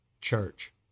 church